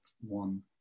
one